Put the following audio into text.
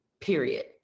period